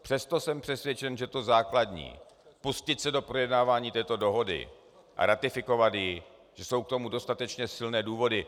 Přesto jsem přesvědčen, že to základní pustit se do projednávání této dohody a ratifikovat ji, že jsou k tomu dostatečně silné důvody.